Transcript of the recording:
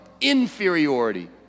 inferiority